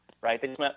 right